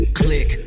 click